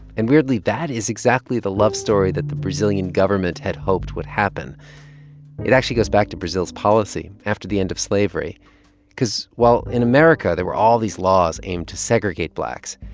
and weirdly, that is exactly the love story that the brazilian government had hoped would happen it actually goes back to brazil's policy after the end of slavery because while in america, there were all these laws aimed to segregate blacks,